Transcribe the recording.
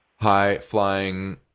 high-flying